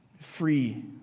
free